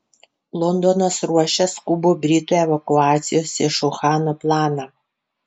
londonas ruošia skubų britų evakuacijos iš uhano planą